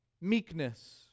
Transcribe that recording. meekness